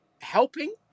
helping